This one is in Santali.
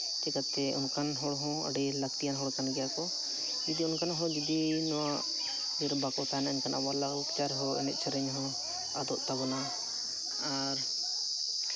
ᱪᱤᱠᱟᱹᱛᱮ ᱚᱱᱠᱟᱱ ᱦᱚᱲ ᱦᱚᱸ ᱟᱹᱰᱤ ᱞᱟᱹᱠᱛᱤᱭᱟᱱ ᱦᱚᱲ ᱠᱟᱱ ᱜᱮᱭᱟ ᱠᱚ ᱡᱩᱫᱤ ᱚᱱᱟᱠᱟᱱ ᱦᱚᱲ ᱡᱩᱫᱤ ᱱᱚᱣᱟ ᱤᱭᱟᱹ ᱨᱮ ᱵᱟᱠᱚ ᱛᱟᱦᱮᱱᱟ ᱮᱱᱠᱷᱟᱱ ᱟᱵᱚᱣᱟᱜ ᱞᱟᱭᱼᱞᱟᱠᱪᱟᱨ ᱦᱚᱸ ᱮᱱᱮᱡ ᱥᱮᱨᱮᱧ ᱦᱚᱸ ᱟᱫᱚᱜ ᱛᱟᱵᱚᱱᱟ ᱟᱨ